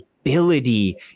ability